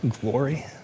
glory